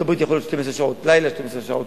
בארצות-הברית יכולות להיות 12 שעות לילה ו-12 שעות